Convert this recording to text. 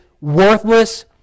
worthless